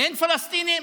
אין פלסטינים?